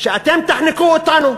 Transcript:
שאתם תחנקו אותנו,